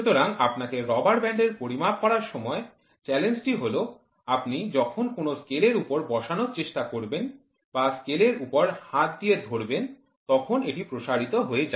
সুতরাং আপনাকে rubber band পরিমাপ করার সময় চ্যালেঞ্জটি হল আপনি যখন কোনও স্কেলের উপর বসানোর চেষ্টা করবেন বা স্কেলের উপর হাত দিয়ে ধরবেন তখন এটি প্রসারিত হয়ে যাবে